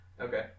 Okay